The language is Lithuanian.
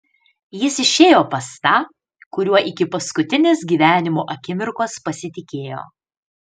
jis išėjo pas tą kuriuo iki paskutinės gyvenimo akimirkos pasitikėjo